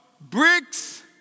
Bricks